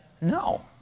No